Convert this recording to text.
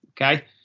okay